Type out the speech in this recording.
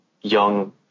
young